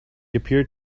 appeared